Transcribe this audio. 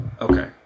Okay